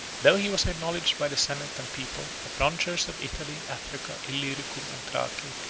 though he was acknowledged by the senate and people, the frontiers of italy, africa, illyricum, and thrace,